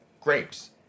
grapes